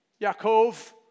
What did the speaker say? Yaakov